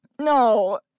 No